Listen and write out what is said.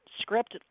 script